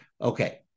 Okay